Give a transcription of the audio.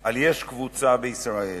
על "יש קבוצה בישראל".